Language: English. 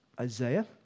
Isaiah